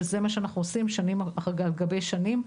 זה מה שאנחנו עושים, שנים על גבי שנים,